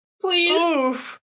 Please